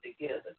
together